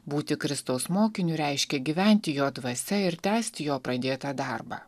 būti kristaus mokiniu reiškia gyventi jo dvasia ir tęsti jo pradėtą darbą